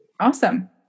Awesome